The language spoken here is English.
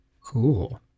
cool